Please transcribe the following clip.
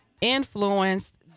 influenced